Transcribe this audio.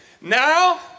now